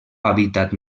hàbitat